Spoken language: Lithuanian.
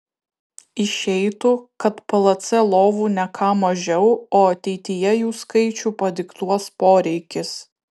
išeitų kad plc lovų ne ką mažiau o ateityje jų skaičių padiktuos poreikis